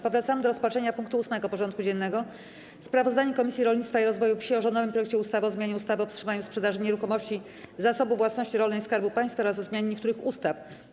Powracamy do rozpatrzenia punktu 8. porządku dziennego: Sprawozdanie Komisji Rolnictwa i Rozwoju Wsi o rządowym projekcie ustawy o zmianie ustawy o wstrzymaniu sprzedaży nieruchomości Zasobu Własności Rolnej Skarbu Państwa oraz o zmianie niektórych ustaw.